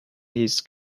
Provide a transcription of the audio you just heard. his